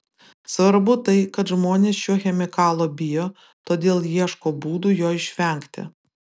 svarbu tai kad žmonės šio chemikalo bijo todėl ieško būdų jo išvengti